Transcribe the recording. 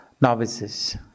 novices